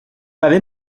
lavé